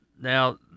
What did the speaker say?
now